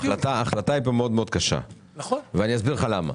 ההחלטה פה קשה מאוד, ואסביר לך למה.